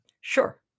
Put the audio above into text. Sure